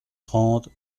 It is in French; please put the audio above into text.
trente